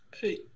hey